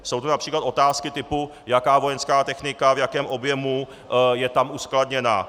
Jsou to například otázky typu jaká vojenská technika, v jakém objemu je tam uskladněna.